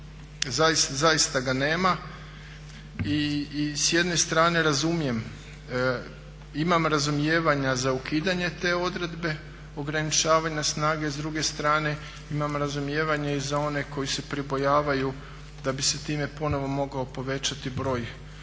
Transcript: zaista ga nema. I s jedne strane razumijem, imam razumijevanja za ukidanje te odredbe ograničavanja snage. S druge strane imam razumijevanje i za one koji se pribojavaju da bi se time ponovno mogao povećati broj